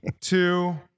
two